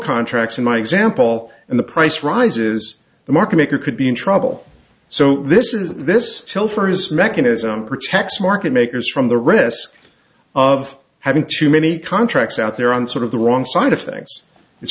contracts in my example and the price rises the market maker could be in trouble so this is this still for his mechanism protects market makers from the risk of having too many contracts out there on sort of the wrong side of things it's